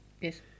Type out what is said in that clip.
Yes